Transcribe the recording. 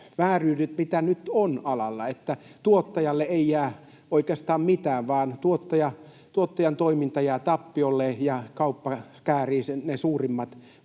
vääryydet, mitä nyt on alalla — että tuottajalle ei jää oikeastaan mitään, vaan tuottajan toiminta jää tappiolle ja kauppa käärii ne suurimmat